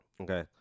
Okay